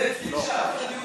זה התחיל שם.